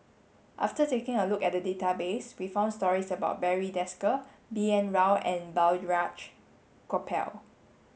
after taking a look at the database we found stories about Barry Desker B N Rao and Balraj Gopal